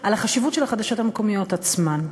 על החשיבות של החדשות המקומיות עצמן.